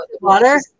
Water